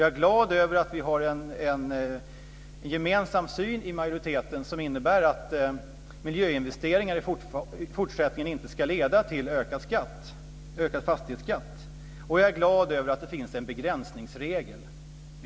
Jag är glad över att vi i majoriteten har en gemensam syn som innebär att miljöinvesteringar i fortsättningen inte ska leda till ökad fastighetsskatt. Jag är också glad över att det finns en begränsningsregel.